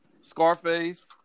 Scarface